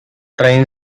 train